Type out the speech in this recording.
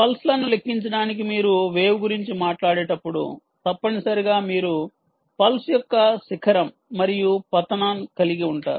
pulse లను లెక్కించడానికి మీరు వేవ్ గురించి మాట్లాడేటప్పుడు తప్పనిసరిగా మీరు పల్స్ యొక్క శిఖరం మరియు పతన కలిగి ఉంటారు